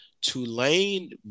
Tulane